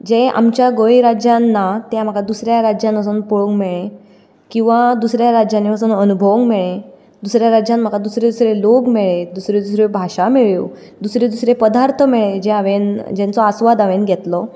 जें आमच्या गोंय राज्यांत ना तें म्हाका दुसऱ्या राज्यांत वचोन पळोवंक मेळ्ळें किंवां दुसऱ्या राज्यांनी वचोन अणभवूंक मेळ्ळें दुसऱ्या राज्यांत म्हाका दुसरे दुसरे लोक मेळ्ळे दुसऱ्यो दुसऱ्यो भाशा मेळ्ळ्यो दुसरे दुसरे पदार्थ मेळ्ळे जे हांवे जेंचो आस्वाद हांवेन घेतलो